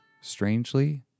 strangely